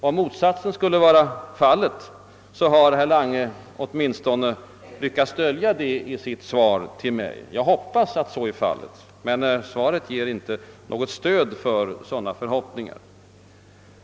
Om motsatsen skulle vara fallet, har herr Lange åtminstone lyckats dölja det i sitt svar till mig. Jag hoppas att han har situationen klar för sig, men svaret ger inte något stöd för den förhoppningen.